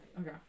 Okay